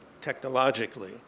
technologically